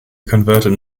converted